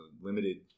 limited